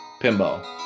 Pimbo